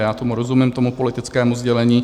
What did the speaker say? Já tomu rozumím, tomu politickému sdělení.